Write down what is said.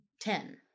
ten